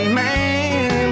man